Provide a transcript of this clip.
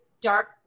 dark